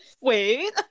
wait